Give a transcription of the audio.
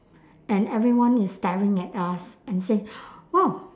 and everyone is staring at us and say !wow!